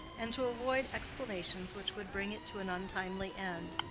and to avoid explanations which would bring it to an untimely end.